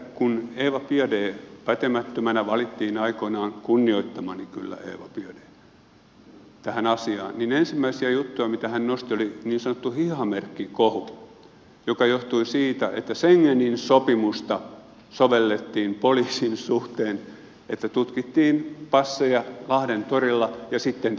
kun eva biaudet pätemättömänä valittiin aikoinaan kunnioittamani kyllä eva biaudet tähän asiaan niin ensimmäisiä juttuja mitä hän nosteli oli niin sanottu hihamerkkikohu joka johtui siitä että schengenin sopimusta sovellettiin poliisin suhteen niin että tutkittiin passeja lahden torilla ja sitten yle josta olen jo maininnut kuinka